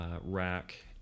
rack